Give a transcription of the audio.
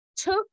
took